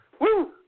Woo